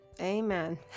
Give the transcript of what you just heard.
Amen